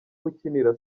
ukinira